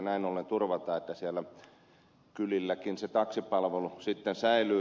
näin ollen turvataan että siellä kylilläkin se taksipalvelu sitten säilyy